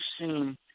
seen